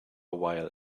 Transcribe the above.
while